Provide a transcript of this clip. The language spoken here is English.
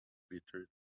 bitter